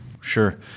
sure